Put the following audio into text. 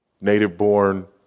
native-born